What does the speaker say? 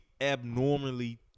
abnormally